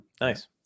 nice